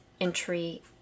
entry